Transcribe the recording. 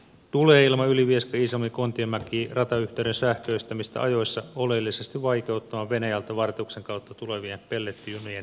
tule ilman ylivieskaiisalmikontiomäki ratayhteyden sähköistämistä ajoissa seinäjokioulu ratayhteyden rakentamisvaihe oulun lähellä tulee oleellisesti vaikeuttamaan venäjältä vartiuksen kautta tulevien pellettijunien liikennöintiä etelään